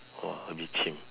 oh a bit chim